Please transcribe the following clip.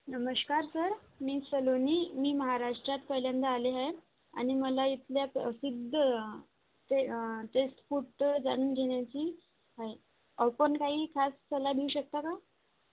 नमस्कार सर मी सलोनी मी महाराष्ट्रात पहिल्यांदा आले आहे आणि मला इथल्या प्रसिद्ध ते टेस्ट फूड जाणून घेण्याची आहे आपण काही खास सल्ला देऊ शकता का